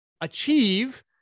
achieve